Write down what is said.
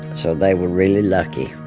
so they were really lucky.